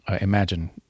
imagine